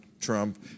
Trump